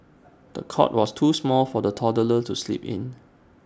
the cot was too small for the toddler to sleep in